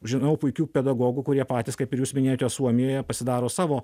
žinau puikių pedagogų kurie patys kaip ir jūs minėjote suomijoje pasidaro savo